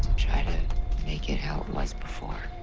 to try to make it how it was before.